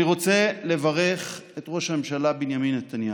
אני רוצה לברך את ראש הממשלה בנימין נתניהו.